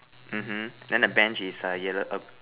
mmhmm then the Bench is err yellow